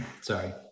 Sorry